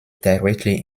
directly